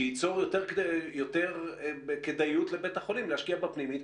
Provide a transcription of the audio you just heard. שייצור יותר כדאיות לבית החולים להשקיע בפנימית?